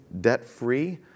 debt-free